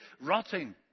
rotting